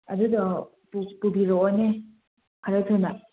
ꯑꯗꯨꯗꯣ ꯄꯨꯕꯤꯔꯛꯂꯣꯅꯦ ꯈꯔ ꯊꯨꯅ